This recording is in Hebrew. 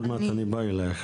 ועוד מעט אני אפנה אלייך,